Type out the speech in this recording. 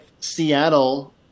Seattle